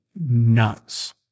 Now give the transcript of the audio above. nuts